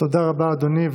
תודה רבה, אדוני.